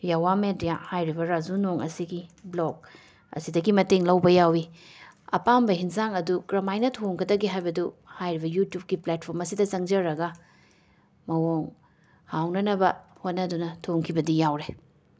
ꯌꯥꯋꯥ media ꯍꯥꯏꯔꯤꯕ ꯔꯥꯖꯨ ꯅꯣꯡ ꯑꯁꯤꯒꯤ ꯕ꯭ꯂꯣꯛ ꯑꯁꯤꯗꯒꯤ ꯃꯇꯦꯡ ꯂꯧꯕ ꯌꯥꯎꯏ ꯑꯄꯥꯝꯕ ꯑꯦꯟꯖꯥꯡ ꯑꯗꯨ ꯀꯔꯝꯍꯥꯏꯅ ꯊꯣꯡꯒꯗꯒꯦ ꯍꯥꯏꯕꯗꯨ ꯍꯥꯏꯔꯤꯕ ꯌꯨꯇꯨꯐꯀꯤ ꯄ꯭ꯂꯦꯠꯐꯣꯝ ꯑꯁꯤꯗ ꯆꯪꯖꯔꯒ ꯃꯑꯣꯡ ꯍꯥꯎꯅꯅꯕ ꯍꯣꯠꯅꯗꯨꯅ ꯊꯣꯡꯈꯤꯕꯗꯤ ꯌꯥꯎꯔꯦ